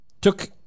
took